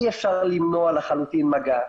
אי אפשר למנוע לחלוטין מגע,